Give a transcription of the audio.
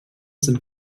sind